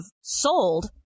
sold